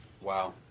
Wow